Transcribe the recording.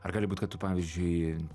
ar gali būt kad tu pavyzdžiui